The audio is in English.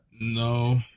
No